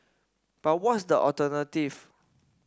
but what's the alternative